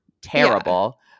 terrible